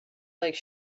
like